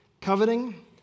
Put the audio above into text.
coveting